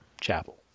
Chapel